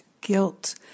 guilt